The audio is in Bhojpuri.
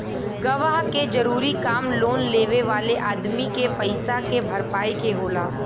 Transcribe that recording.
गवाह के जरूरी काम लोन लेवे वाले अदमी के पईसा के भरपाई के होला